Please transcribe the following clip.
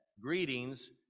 Greetings